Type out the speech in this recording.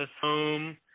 home